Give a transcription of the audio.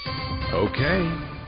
Okay